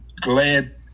glad